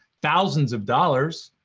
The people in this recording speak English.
thousands of dollars.